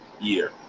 year